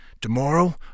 Tomorrow